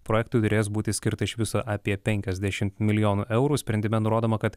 projektui turės būti skirta iš viso apie penkiasdešim milijonų eurų sprendime nurodoma kad